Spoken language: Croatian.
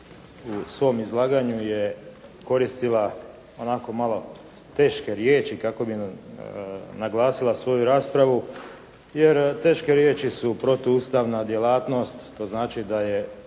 u svom izlaganju je koristila onako malo teške riječi kako bi nam naglasila svoju raspravu, jer teške riječi su protuustavna djelatnost to znači da je